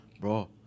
bro